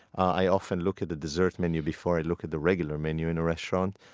i often look at the dessert menu before i look at the regular menu in a restaurant.